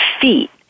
feet